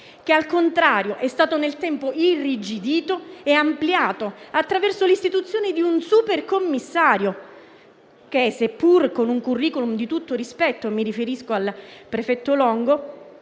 che al contrario è stato nel tempo irrigidito e ampliato, attraverso l'istituzione di un supercommissario, che, seppur con un *curriculum* di tutto rispetto (mi riferisco al prefetto Longo),